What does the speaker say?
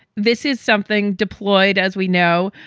this is something deployed, as we know,